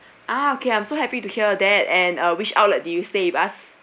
ah okay I'm so happy to hear that and uh which outlet do you stay with us